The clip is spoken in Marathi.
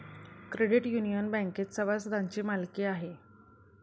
क्रेडिट युनियन बँकेत सभासदांची मालकी आहे